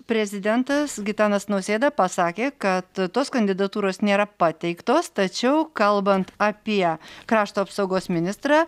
prezidentas gitanas nausėda pasakė kad tos kandidatūros nėra pateiktos tačiau kalbant apie krašto apsaugos ministrą